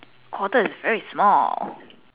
quarter is very small